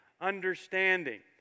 understanding